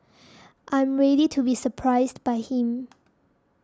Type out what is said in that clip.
I am ready to be surprised by him